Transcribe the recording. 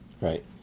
Right